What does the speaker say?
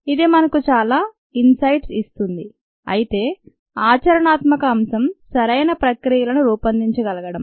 ఇది మనకు చాలా "ఇన్సైట్స్" ఇస్తుంది అయితే ఆచరణాత్మక అంశం సరైన ప్రక్రియలను రూపొందించగలగడం